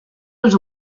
els